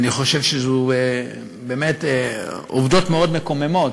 אני חושב שאלה באמת עובדות מאוד מקוממות,